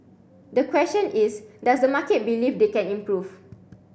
the question is does the market believe they can improve